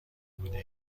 بوده